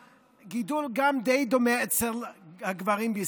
הגידול גם די דומה אצל הגברים בישראל.